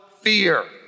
fear